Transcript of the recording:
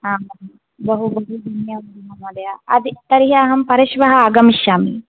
आमां बहु बहु धन्यवादः महोदय तर्हि अहं परश्वः आगमिष्यामि